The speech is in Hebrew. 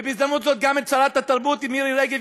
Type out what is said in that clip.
ובהזדמנות הזאת גם את שרת התרבות מירי רגב,